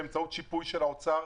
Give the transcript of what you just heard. באמצעות שיפוי של משרד האוצר,